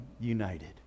united